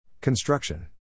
Construction